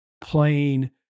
plain